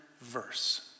verse